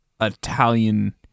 Italian